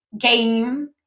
game